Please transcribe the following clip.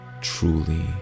truly